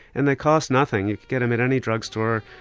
and they cost nothing, you could get them at any drug store,